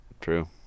true